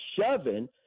shoving